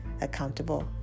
accountable